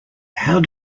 how